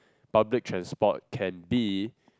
public transport can be